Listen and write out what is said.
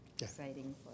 Exciting